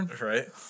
Right